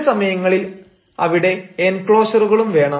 ചില സമയങ്ങളിൽ അവിടെ എൻക്ലോഷറുകളും വേണം